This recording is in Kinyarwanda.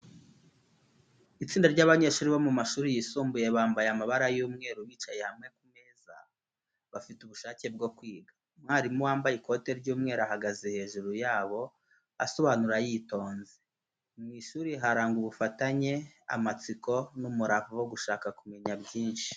Itsinda ry’abanyeshuri bo mu mashuri yisumbuye bambaye amabara y’umweru bicaye hamwe ku meza, bafite ubushake bwo kwiga. Umwarimu wambaye ikoti ry’umweru ahagaze hejuru yabo, asobanura yitonze. Mu ishuri harangwa ubufatanye, amatsiko, n’umurava wo gushaka kumenya byinshi.